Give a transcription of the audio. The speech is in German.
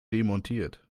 demontiert